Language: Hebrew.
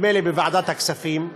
נדמה לי בוועדת הכספים,